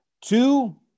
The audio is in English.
Two